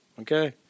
okay